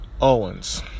Owens